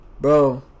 bro